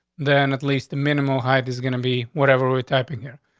then at least the minimal height is gonna be whatever we're typing here.